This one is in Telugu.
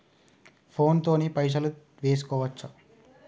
ఫోన్ తోని పైసలు వేసుకోవచ్చా?